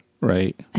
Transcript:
Right